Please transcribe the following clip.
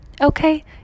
Okay